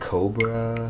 Cobra